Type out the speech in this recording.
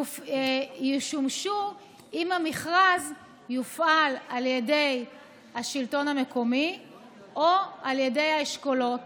ישמשו אם המכרז יופעל על ידי השלטון המקומי או על ידי האשכולות,